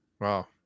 Wow